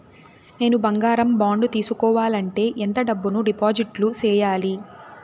నేను బంగారం బాండు తీసుకోవాలంటే ఎంత డబ్బును డిపాజిట్లు సేయాలి?